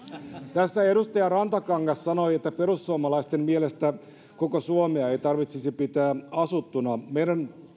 tässä edustaja rantakangas sanoi että perussuomalaisten mielestä koko suomea ei tarvitsisi pitää asuttuna meidän